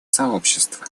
сообщества